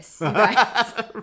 Right